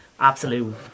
absolute